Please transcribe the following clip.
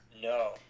No